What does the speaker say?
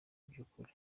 by’ukuri